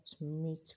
meet